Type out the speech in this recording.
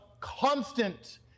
constant